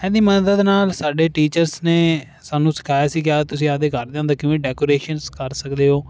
ਇਹਦੀ ਮਦਦ ਨਾਲ ਸਾਡੇ ਟੀਚਰਸ ਨੇ ਸਾਨੂੰ ਸਿਖਾਇਆ ਸੀ ਕਿ ਤੁਸੀਂ ਆਪਦੇ ਘਰ ਦੇ ਅੰਦਰ ਕਿਵੇਂ ਡੈਕੋਰੇਸ਼ਨਸ ਕਰ ਸਕਦੇ ਓ